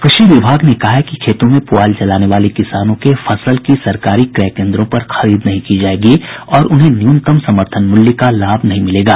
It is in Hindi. कृषि विभाग ने कहा है कि खेतों में पुआल जलाने वाले किसानों के फसल की सरकारी क्रय केन्द्रों पर खरीद नहीं की जायेगी और उन्हें न्यूनतम समर्थन मूल्य का लाभ नहीं मिलेगा